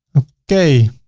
okay.